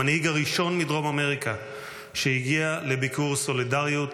המנהיג הראשון מדרום אמריקה שהגיע לביקור סולידריות